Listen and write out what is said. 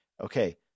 okay